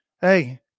Hey